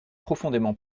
profondément